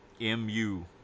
M-U